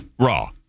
raw